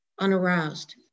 unaroused